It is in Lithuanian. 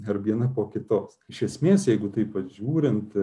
ar viena po kitos iš esmės jeigu taip vat žiūrint